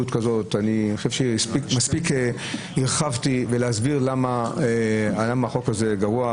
אני חושב שמספיק הרחבתי והסברתי למה החוק הזה גרוע,